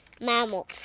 mammals